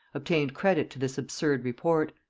obtained credit to this absurd report.